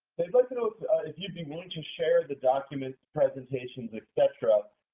they'd like to know if if you'd be willing to share the documents, presentation, et cetera,